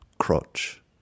Crotch